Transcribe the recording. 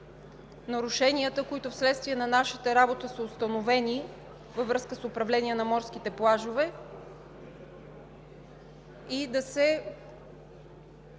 нарушенията, които вследствие на нашата работа, са установени във връзка с управление на морските плажове, да се